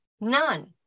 none